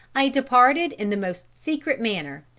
i departed in the most secret manner,